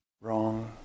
wrong